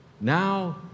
now